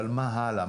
אבל מה הלאה?